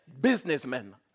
businessmen